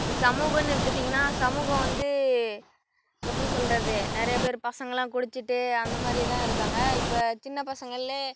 சமூகன்னு எடுத்துட்டீங்கன்னா சமூகம் வந்து எப்படி சொல்லுறது நிறையப் பேர் பசங்கள்லாம் குடிச்சிவிட்டு அந்த மாதிரிதான் இருக்காங்க இப்போ சின்னப் பசங்கள்லே